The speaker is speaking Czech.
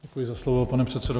Děkuji za slovo, pane předsedo.